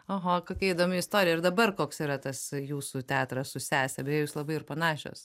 oho kokia įdomi istorija ir dabar koks yra tas jūsų teatras su sese beje jūs labai ir panašios